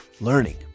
learning